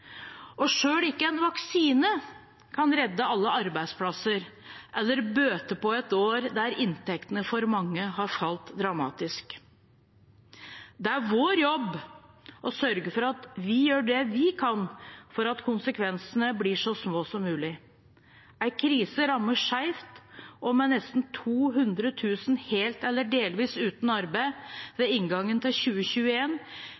ikke en vaksine kan redde alle arbeidsplasser eller bøte på et år der inntektene for mange har falt dramatisk. Det er vår jobb å sørge for at vi gjør det vi kan for at konsekvensene blir så små som mulig. En krise rammer skjevt, og med nesten 200 000 helt eller delvis uten arbeid